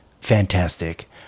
fantastic